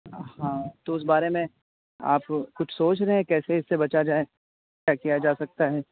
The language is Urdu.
ہاں تو اس بارے میں آپ کچھ سوچ رہے ہیں کیسے اس سے بچا جائے کیا کیا جا سکتا ہے